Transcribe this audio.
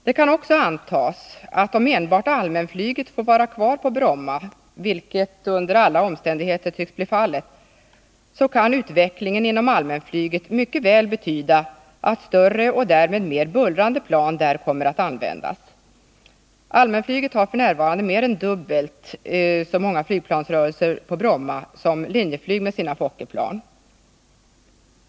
Det kan också antas, att om enbart allmänflyget får vara kvar på Bromma, vilket under alla omständigheter tycks bli fallet, så kan utvecklingen inom allmänflyget mycket väl betyda att större och därmed mer bullrande plan kommer att användas. Allmänflyget har f. n. mer än dubbelt så många flygplansrörelser på Bromma som Linjeflyg med sina Fokkerplan.